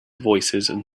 voicesand